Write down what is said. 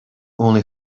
only